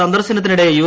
സന്ദർശനത്തിനിടെ യു